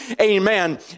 amen